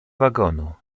wagonu